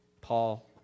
Paul